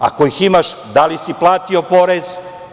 Ako ih imaš, da li si platio porez?